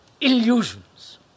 illusions